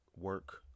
work